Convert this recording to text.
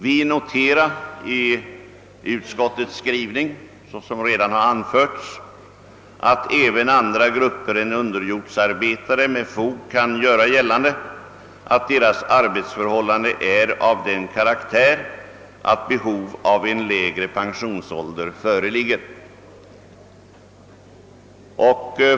Vi noterar i utskottets skrivning, såsom redan har anförts, att även andra grupper än underjordsarbetare med fog kan göra gällande att deras arbetsförhållanden är av den karaktären att behov av lägre pensionsålder föreligger.